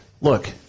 look